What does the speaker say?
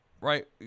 right